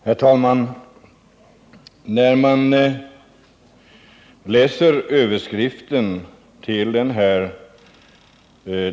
Herr talman!